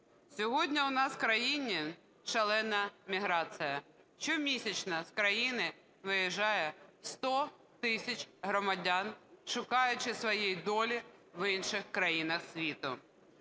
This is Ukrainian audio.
Сьогодні у нас в країні шалена міграція. Щомісячно з країни виїжджає 100 тисяч громадян, шукаючи своєї долі в інших країнах світу.